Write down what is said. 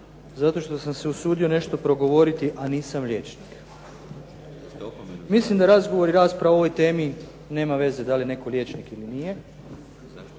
zato što sam se usudio nešto progovoriti a nisam liječnik. Mislim da razgovor i rasprava o ovoj temi nema veze da li je netko liječnik ili nije,